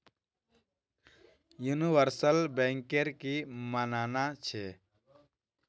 universal banker की मानना छ